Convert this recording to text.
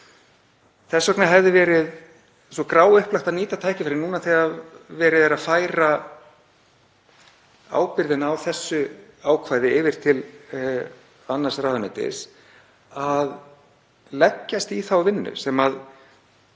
Þess vegna hefði verið svo gráupplagt að nýta tækifærið nú þegar verið er að færa ábyrgðin á þessu ákvæði yfir til annars ráðuneytis, að leggjast í þá vinnu sem